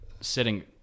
sitting